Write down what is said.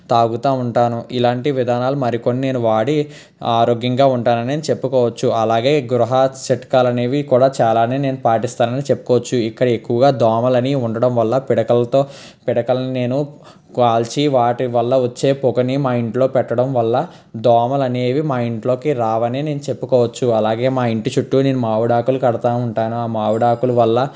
తాగుతూ ఉంటాను ఇలాంటి విధానాలు మరికొన్ని నేను వాడి ఆరోగ్యంగా ఉంటానని చెప్పుకోవచ్చు అలాగే ఈ గృహ చిట్కాలు అనేవి కూడా చాలానే నేను పాటిస్తానని చెప్పుకోవచ్చు ఇక్కడ ఎక్కువగా దోమల అని ఉండడం వల్ల పిడకలతో పిడకలని నేను కాల్చి వాటి వల్ల వచ్చే పొగని మా ఇంట్లో పెట్టడం వల్ల దోమల అనేవి మా ఇంట్లోకి రావని నేను చెప్పుకోవచ్చు అలాగే మా ఇంటి చుట్టూ నేను మావిడాకులు కడతా ఉంటాను ఆ మావిడాకులు వల్ల